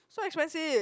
so expensive